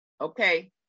Okay